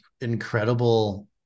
incredible